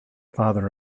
father